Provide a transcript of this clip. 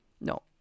no